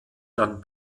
dann